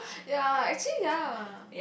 ya actually ya